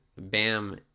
Bam